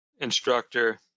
instructor